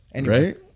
right